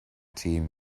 tîm